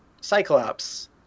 Cyclops